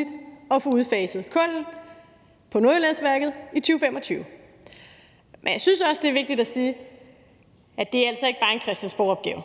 at se muligt at få udfaset kullet på Nordjyllandsværket i 2025. Men jeg synes også, det er vigtigt at sige, at det altså ikke bare er en christiansborgopgave.